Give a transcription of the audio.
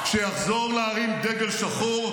שיחזור להרים דגל שחור,